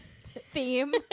theme